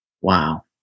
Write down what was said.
Wow